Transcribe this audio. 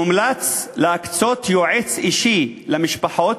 מומלץ להקצות יועץ אישי למשפחות,